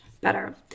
better